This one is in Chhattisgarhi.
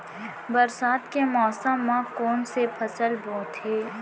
बरसात के मौसम मा कोन से फसल बोथे?